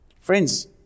Friends